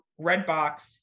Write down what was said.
Redbox